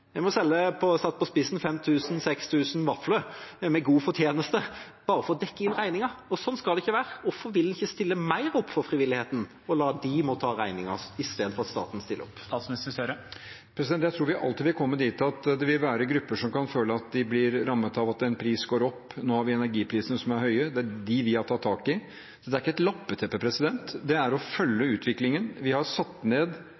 må selge – satt på spissen – 5 000–6 000 vafler med god fortjeneste bare for å dekke inn regningen, og sånn skal det ikke være. Hvorfor vil en ikke stille mer opp for frivilligheten? Hvorfor lar en de ta regningen i stedet for at staten stiller opp? Jeg tror vi alltid vil komme dit at det vil være grupper som kan føle at de blir rammet av at priser går opp. Nå har vi energiprisene som er høye. Det er de vi har tatt tak i. Så det er ikke et lappeteppe, det er å følge utviklingen. Vi har satt ned